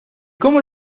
cómo